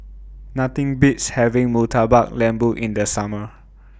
Nothing Beats having Murtabak Lembu in The Summer